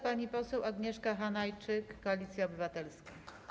Pani poseł Agnieszka Hanajczyk, Koalicja Obywatelska.